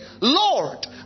Lord